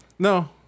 No